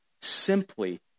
simply